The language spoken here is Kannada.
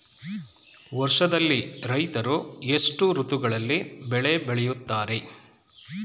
ವರ್ಷದಲ್ಲಿ ರೈತರು ಎಷ್ಟು ಋತುಗಳಲ್ಲಿ ಬೆಳೆ ಬೆಳೆಯುತ್ತಾರೆ?